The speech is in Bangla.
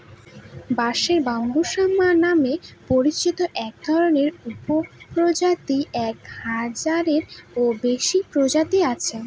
বাঁশের ব্যম্বুসা নামে পরিচিত একধরনের উপপ্রজাতির এক হাজারেরও বেশি প্রজাতি আছে